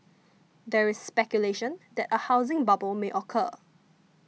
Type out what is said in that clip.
there is speculation that a housing bubble may occur